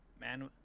man